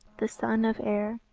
the son of aer.